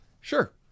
sure